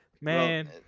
Man